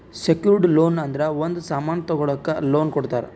secured loan ಅಂದುರ್ ಒಂದ್ ಸಾಮನ್ ತಗೊಳಕ್ ಲೋನ್ ಕೊಡ್ತಾರ